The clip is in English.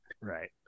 right